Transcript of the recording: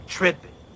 Tripping